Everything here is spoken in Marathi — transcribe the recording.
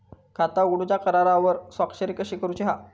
खाता उघडूच्या करारावर स्वाक्षरी कशी करूची हा?